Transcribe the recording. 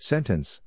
Sentence